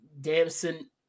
Damson